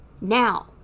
Now